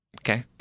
okay